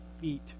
feet